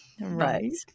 Right